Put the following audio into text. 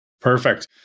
Perfect